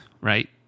Right